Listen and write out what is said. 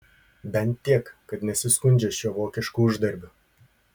bent tiek kad nesiskundžia šiuo vokišku uždarbiu